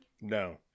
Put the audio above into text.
No